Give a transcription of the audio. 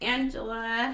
Angela